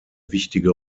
wichtige